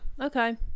Okay